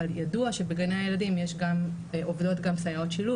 אבל ידוע שבגני הילדים יש גם עובדות גם סייעות שילוב